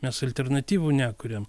mes alternatyvų nekuriam